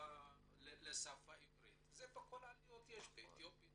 לשפה העברית, וכאלה יש בכל העליות.